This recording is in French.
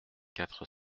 quatre